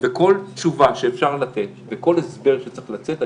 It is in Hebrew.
וכל תשובה שאפשר לתת וכל הסבר שצריך לצאת,